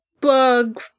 bug